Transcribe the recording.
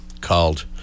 called